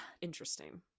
interesting